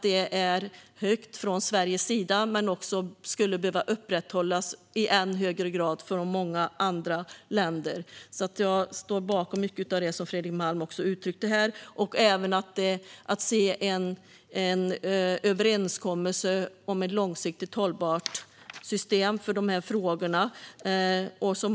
Det är högt från Sveriges sida, men det skulle behöva upprätthållas också från många andra länder. Jag står bakom mycket av det som Fredrik Malm uttryckte här. Jag håller med om vikten av en överenskommelse mellan flera partier om ett långsiktigt hållbart system för dessa frågor.